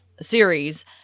series